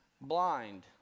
blind